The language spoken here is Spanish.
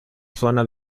zona